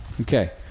Okay